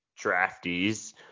draftees